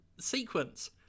sequence